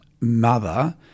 mother